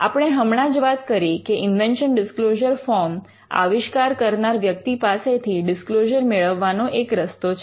આપણે હમણાં જ વાત કરી કે ઇન્વેન્શન ડિસ્ક્લોઝર ફોર્મ આવિષ્કાર કરનાર વ્યક્તિ પાસેથી ડિસ્ક્લોઝર મેળવવાનો એક રસ્તો છે